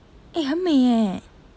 eh 很美 eh